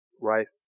Rice